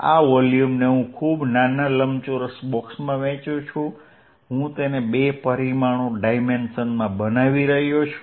આ વોલ્યુમને હું ખૂબ નાના લંબચોરસ બોક્સમાં વહેંચું છું હું તેને બે પરિમાણો માં બનાવી રહ્યો છું